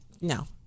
No